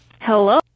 Hello